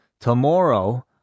Tomorrow